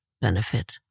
benefit